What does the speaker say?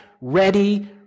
ready